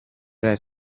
had